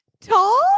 tall